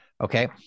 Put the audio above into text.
Okay